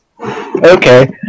Okay